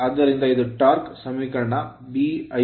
ಆದ್ದರಿಂದ ಇದು torque torque ಸಮೀಕರಣ r Newton meter